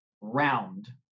round